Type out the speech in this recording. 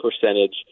percentage